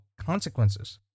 consequences